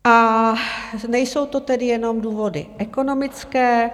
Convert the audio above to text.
A nejsou to tedy jenom důvody ekonomické.